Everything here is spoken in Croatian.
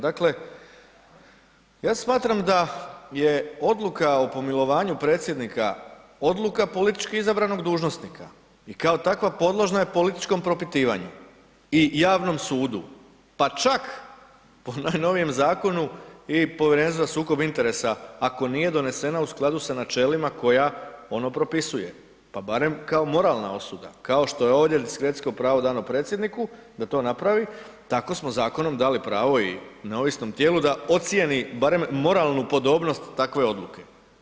Dakle, ja smatram da je odluka o pomilovanju predsjednika odluka politički izabranog dužnosnika i kao takva podložna je političkom propitivanju i javnom sudu, pa čak po najnovijem zakonu i Povjerenstvo za sukob interesa ako nije donesena u skladu sa načelima koja ono propisuje, pa barem kao moralna osuda, kao što je ovdje diskrecijsko pravo dano predsjedniku da to napravi tako smo zakonom dali pravo i neovisnom tijelu da ocijeni barem moralnu podobnost takve odluke.